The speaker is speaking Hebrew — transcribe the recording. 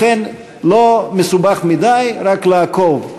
לכן, לא מסובך מדי, רק לעקוב.